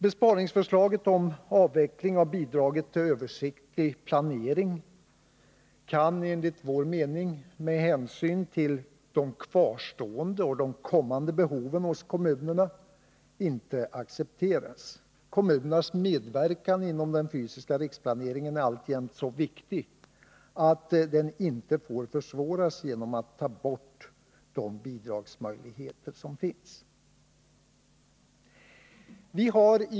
Besparingsförslaget om avveckling av bidraget till översiktlig planering kan, enligt vår åsikt, med hänsyn till de kvarstående och de kommande behoven i kommunerna inte accepteras. Kommunernas medverkan inom den fysiska riksplaneringen är alltjämt så viktig att den inte får försvåras genom att man tar bort de bidragsmöjligheter som finns.